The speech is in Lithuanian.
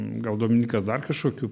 gal dominykas dar kažkokių